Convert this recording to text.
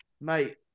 Mate